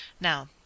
now